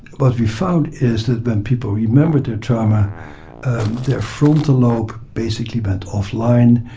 but we found is that when people remember their trauma their frontal lobe basically went offline,